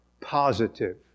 positive